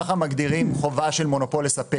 כך מגדירים חובה של מונופול לספק.